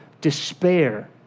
despair